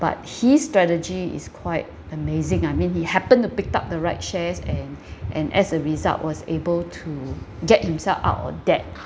but his strategy is quite amazing I mean he happen to picked up the right shares and and as a result was able to get himself out of debt